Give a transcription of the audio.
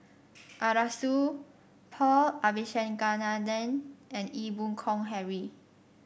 Arasu Paul Abisheganaden and Ee Boon Kong Henry